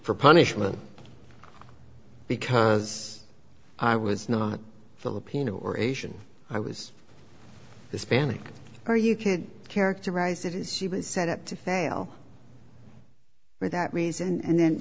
for punishment because i was not filipino or asian i was hispanic or you can characterize it as she was set up to fail for that reason and